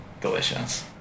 Delicious